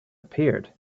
appeared